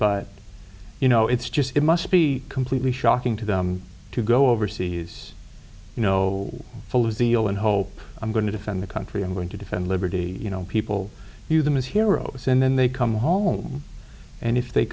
but you know it's just it must be completely shocking to them to go overseas you know full of zeal and hope i'm going to defend the country i'm going to defend liberty you know people view them as heroes and then they come home and if they